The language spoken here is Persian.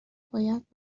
باید